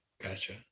gotcha